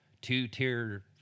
two-tier